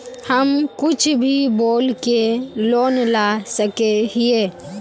हम कुछ भी बोल के लोन ला सके हिये?